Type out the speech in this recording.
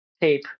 tape